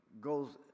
goes